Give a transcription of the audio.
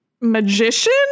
magician